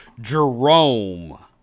Jerome